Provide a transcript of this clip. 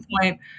point